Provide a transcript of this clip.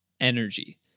energy